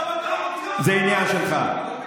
זה עניין שלך.